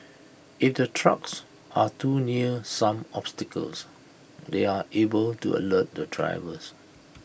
if the trucks are too near some obstacles they are able to alert the drivers